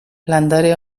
landare